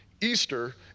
Easter